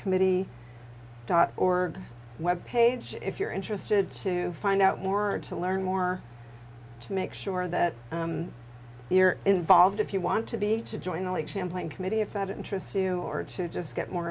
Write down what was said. committee dot org web page if you're interested to find out more to learn more to make sure that you're involved if you want to be to join the lake champlain committee if that interests you or to just get more